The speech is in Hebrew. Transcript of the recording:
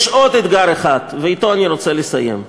יש עוד אתגר אחד, ובו אני רוצה לסיים.